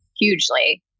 hugely